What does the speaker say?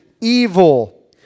evil